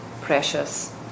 precious